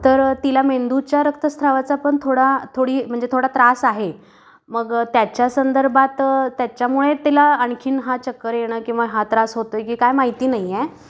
तर तिला मेंदूच्या रक्तस्त्रावाचा पण थोडा थोडी म्हणजे थोडा त्रास आहे मग त्याच्या संदर्भात त्याच्यामुळे तिला आणखीन हा चक्कर येणं किंवा हा त्रास होतोय की काय माहिती नाहीये